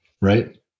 right